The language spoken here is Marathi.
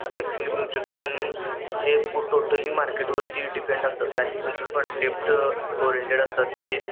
आता ॲक्च्युली म्युच्युल फंड हे टोटली मार्केटवरती डिपेंड असतात काही म्युच्युअल फंड डेप्ट ओरेंटेड असतात ते